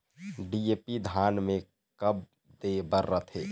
DAP धान मे कब दे बर रथे?